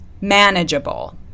manageable